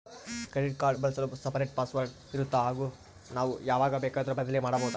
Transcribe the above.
Credit card ಬಳಸಲು separate password ಇರುತ್ತಾ ಹಾಗೂ ನಾವು ಯಾವಾಗ ಬೇಕಾದರೂ ಬದಲಿ ಮಾಡಬಹುದಾ?